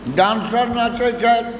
dancer नाचै छथि